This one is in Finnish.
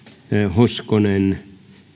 hoskonen